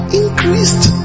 increased